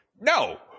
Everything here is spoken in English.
No